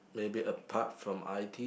maybe apart from i_t